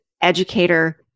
educator